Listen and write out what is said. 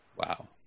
Wow